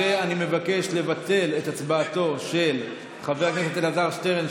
ואני מבקש לבטל את הצבעתו של חבר הכנסת אלעזר שטרן,